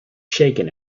shaken